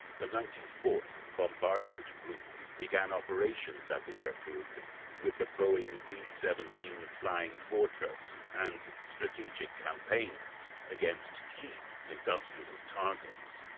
the ninety fourth bombardment group began operations at the airfield with a boeing b seventeen flying fortress and strategic campaigns against key industrial targets,